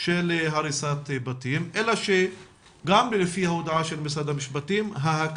של הריסת בתים אלא שגם על פי הודעת משרד המשפטים,